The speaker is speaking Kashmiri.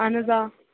اہن حظ آ